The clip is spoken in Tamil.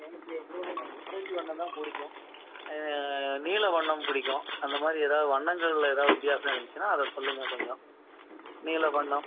எனக்கு எப்பொழுதும் ஆரேஞ்ச் வண்ணம்தான் பிடிக்கும் நீல வண்ணம் பிடிக்கும் அந்தமாதிரி ஏதாவது வண்ணங்களில் ஏதாவது வித்தியாசம் இருந்துச்சுன்னா அதை சொல்லுங்கள் கொஞ்சம் நீல வண்ணம்